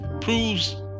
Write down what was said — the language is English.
proves